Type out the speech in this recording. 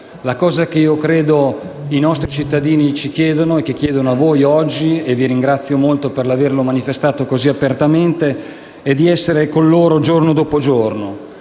tempo. Ciò che i nostri cittadini ci chiedono e chiedono a voi, oggi - e vi ringrazio per averlo manifestato così apertamente - è di essere con loro giorno dopo giorno,